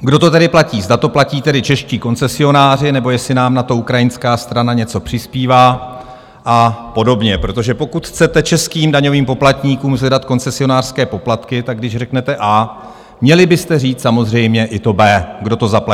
kdo to tedy platí, zda to platí čeští koncesionáři, nebo jestli nám na to ukrajinská strana něco přispívá a podobně, protože pokud chcete českým daňovým poplatníkům zvedat koncesionářské poplatky, tak když řeknete A, měli byste říct samozřejmě i to B, kdo to zaplatí.